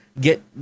get